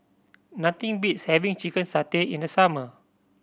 nothing beats having chicken satay in the summer